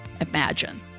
imagine